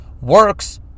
works